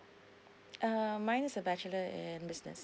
uh mine is a bachelor in business